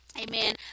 Amen